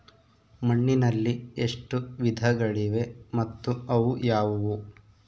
ಮಣ್ಣಿನಲ್ಲಿ ಎಷ್ಟು ವಿಧಗಳಿವೆ ಮತ್ತು ಅವು ಯಾವುವು?